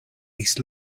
east